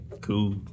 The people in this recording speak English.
Cool